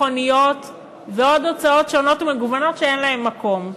מכוניות ועוד הוצאות שונות ומגוונות שאין להן מקום.